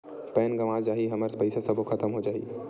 Pan गंवा जाही हमर पईसा सबो खतम हो जाही?